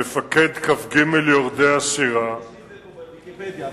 מפקד כ"ג יורדי הסירה, יש לי את זה ב"ויקיפדיה".